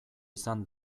izan